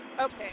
Okay